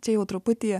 čia jau truputį